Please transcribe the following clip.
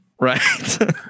Right